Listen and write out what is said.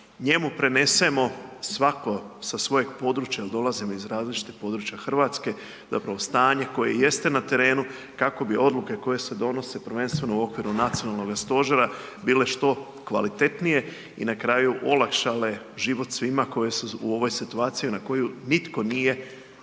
njemu prenesemo svako sa svojeg područja jel dolazimo iz različitih područja Hrvatske zapravo stanje koje jeste na terenu, kako bi odluke koje se donose prvenstveno u okviru nacionalnoga stožera bile što kvalitetnije i na kraju olakšale život svima koji su u ovoj situaciji na koju nitko nije računao